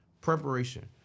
Preparation